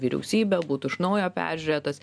vyriausybę būtų iš naujo peržiūrėtas